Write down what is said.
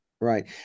Right